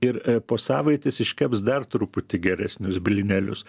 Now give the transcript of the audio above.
ir po savaitės iškeps dar truputį geresnius blynelius